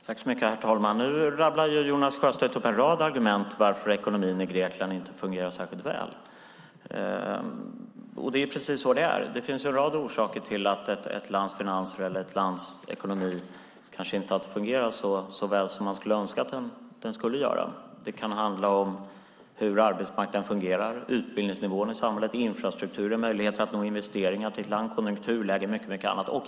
Herr talman! Nu rabblade Jonas Sjöstedt upp en rad argument för varför ekonomin i Grekland inte fungerar särskilt väl. Det är precis så det är: Det finns en rad orsaker till att ett lands finanser eller ett lands ekonomi kanske inte alltid fungerar så väl som man skulle önska att den gjorde. Det kan handla om arbetsmarknaden och hur den fungerar, utbildningsnivån i samhället, infrastrukturen, möjligheter att få investeringar till ett land, konjunkturläge och mycket annat.